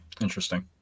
Interesting